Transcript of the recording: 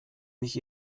mich